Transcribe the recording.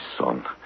son